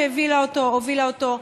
שהובילה אותו,